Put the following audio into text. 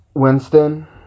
Winston